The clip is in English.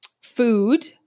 food